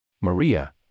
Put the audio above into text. Maria